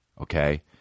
Okay